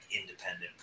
independent